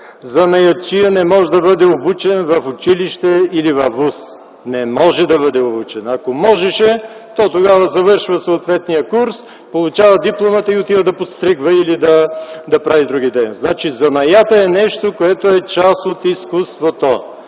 Занаятчия не може да бъде обучен в училище или във ВУЗ. Не може да бъде обучен! Ако можеше, то тогава човек завършва съответния курс, получава дипломата и отива да подстригва или да прави други дейности. Занаятът е нещо, което е част от изкуството.